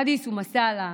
אדיסו מסאלה,